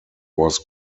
was